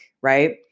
right